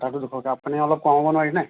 কটাটো দুশকে আপুনি অলপ কমাব নোৱাৰিনে